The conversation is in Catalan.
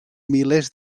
milers